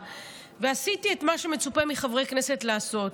ועשיתי את מה שמצופה מחברי כנסת לעשות,